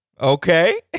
okay